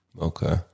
Okay